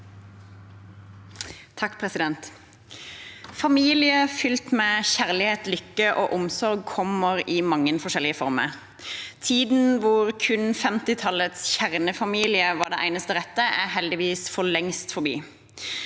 (V) Familier fylt med kjærlighet, lykke og omsorg kommer i mange forskjellig former. Tiden hvor kun 1950-tallets kjernefamilie var det eneste rette, er heldigvis for lengst forbi.